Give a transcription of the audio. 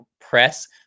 press